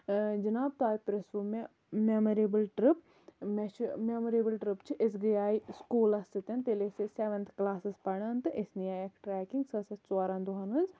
جِناب تۄہہِ پرٕژھوٗ مےٚ میٚمریبل ٹرپ مےٚ چھِ میٚمریبل ٹرپ چھِ أسۍ گٔیایہِ سکوٗلَس سۭتۍ تیٚلہِ ٲسۍ أسۍ سیٚونتھ کلاسَس پَران تہٕ أسی نِییَکھ ٹریکِنٛگ سۄ ٲسۍ اَسہِ ژورَن دۄہَن ہٕنٛز